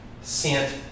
sent